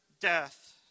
death